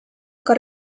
aga